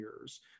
years